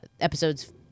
episodes